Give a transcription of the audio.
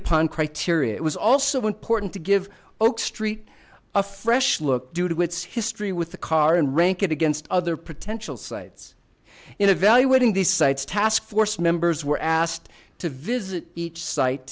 upon criteria it was also important to give oak street a fresh look due to its history with the car and rank it against other potential sites in evaluating these sites taskforce members were asked to visit each site